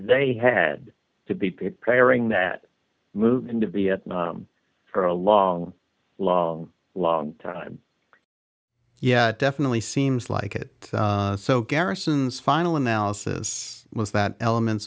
they had to be preparing that move into vietnam for a long long long time yeah it definitely seems like it so garrisons final analysis was that elements